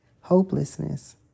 hopelessness